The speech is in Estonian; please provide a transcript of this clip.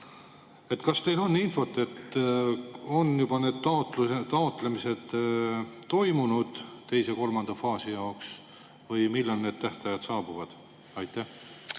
Kas teil on infot, et need taotlemised on juba toimunud teise ja kolmanda faasi jaoks? Või millal need tähtajad saabuvad? Aitäh,